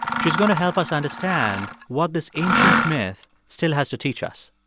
she's going to help us understand what this ancient myth still has to teach us